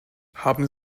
haben